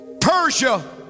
Persia